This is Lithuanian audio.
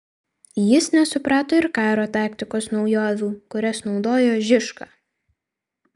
jis nesuprato ir karo taktikos naujovių kurias naudojo žižka